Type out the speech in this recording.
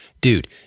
dude